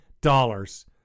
dollars